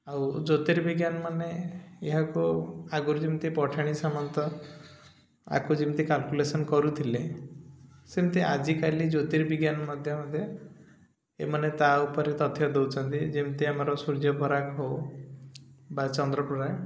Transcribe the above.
ଆଉ ଜ୍ୟୋତିର୍ବିଜ୍ଞାନ ମାନେ ଏହାକୁ ଆଗରୁ ଯେମିତି ପଠାଣି ସାମନ୍ତ ଆକୁ ଯେମିତି କାଲକୁଲେସନ୍ କରୁଥିଲେ ସେମିତି ଆଜିକାଲି ଜ୍ୟୋତିର୍ବିଜ୍ଞାନ ମାନେ ମଧ୍ୟ ଏମାନେ ତା' ଉପରେ ତଥ୍ୟ ଦେଉଛନ୍ତି ଯେମିତି ଆମର ସୂର୍ଯ୍ୟ ପରାଗ ହଉ ବା ଚନ୍ଦ୍ରପରାଗ